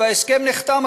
וההסכם נחתם,